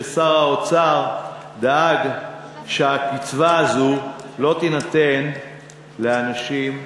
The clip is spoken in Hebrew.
ששר האוצר בעד שהקצבה הזאת לא תינתן לאנשים עשירים.